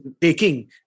taking